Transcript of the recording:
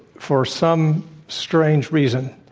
for some strange reason,